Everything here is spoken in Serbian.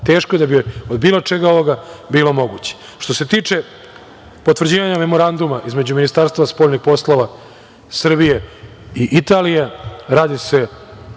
teško da bi nešto od bilo čega ovoga bilo moguće. Što se tiče potvrđivanja Memoranduma između Ministarstva spoljnih poslova Srbije i Italije, radi se